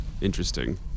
interesting